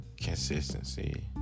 Consistency